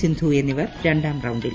സിന്ധു എന്നിവർ രണ്ടാം റൌണ്ടിൽ